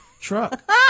truck